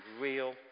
real